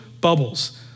bubbles